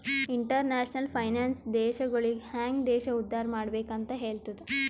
international finance ದೇಶಗೊಳಿಗ ಹ್ಯಾಂಗ್ ದೇಶ ಉದ್ದಾರ್ ಮಾಡ್ಬೆಕ್ ಅಂತ್ ಹೆಲ್ತುದ